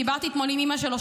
דיברתי אתמול עם אימא שלו,